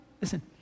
Listen